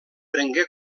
prengué